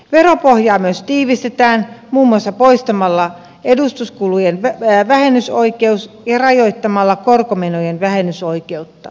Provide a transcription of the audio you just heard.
veropohjaa myös tiivistetään muun muassa poistamalla edustuskulujen vähennysoikeus ja rajoittamalla korkomenojen vähennysoikeutta